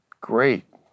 great